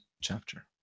chapter